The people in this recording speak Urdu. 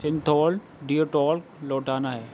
سنتھول ڈیو ٹالک لوٹانا ہے